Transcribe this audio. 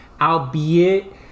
albeit